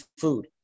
food